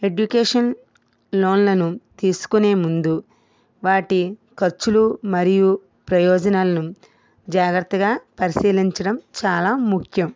education లోన్లను తీసుకునే ముందు వాటి ఖర్చులు మరియు ప్రయోజనాలను జాగ్రత్తగా పరిశీలించడం చాలా ముఖ్యం